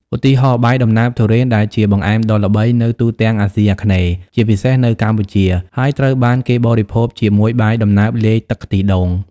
ឧទាហរណ៍ បាយដំណើបទុរេន ដែលជាបង្អែមដ៏ល្បីនៅទូទាំងអាស៊ីអាគ្នេយ៍ជាពិសេសនៅកម្ពុជា ហើយត្រូវបានគេបរិភោគជាមួយបាយដំណើបលាយទឹកខ្ទិះដូង។